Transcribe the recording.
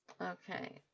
okay